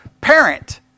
parent